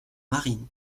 marines